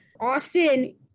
Austin